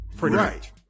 Right